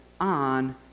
on